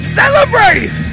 celebrate